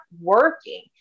working